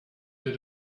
did